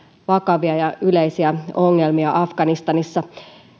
vakavia ja yleisiä ongelmia afganistanissa